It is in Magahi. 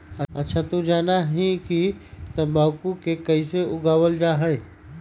अच्छा तू जाना हीं कि तंबाकू के कैसे उगावल जा हई?